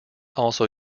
also